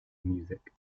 music